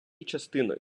частиною